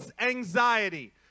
anxiety